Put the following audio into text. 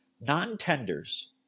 non-tenders